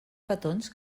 petons